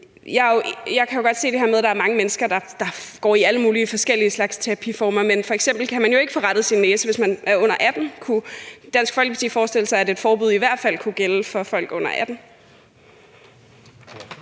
Jeg kan godt se det her med, at der er mange mennesker, der går i alle mulig forskellige slags terapiformer. Men f.eks. kan man jo ikke få rettet sin næse, hvis man er under 18 år. Så jeg kunne godt tænke mig at spørge ordføreren: Kunne Dansk Folkeparti forestille sig, at et forbud i hvert fald kunne gælde for folk under 18